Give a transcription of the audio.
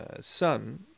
son